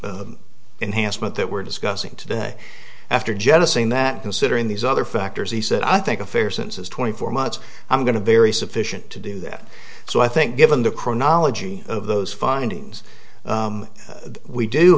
means enhancement that we're discussing today after jettisoning that considering these other factors he said i think a fair census twenty four months i'm going to very sufficient to do that so i think given the chronology of those findings we do